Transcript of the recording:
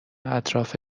اطراف